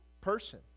person